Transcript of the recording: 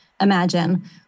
imagine